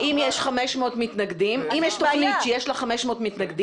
אם יש תוכנית שיש לה 500 מתנגדים,